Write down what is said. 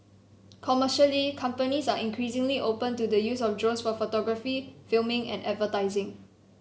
commercially companies are increasingly open to the use of drones for photography filming and advertising